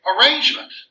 arrangement